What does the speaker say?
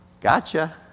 Gotcha